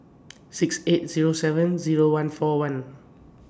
six eight Zero seven Zero one four one